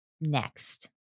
Next